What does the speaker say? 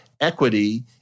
equity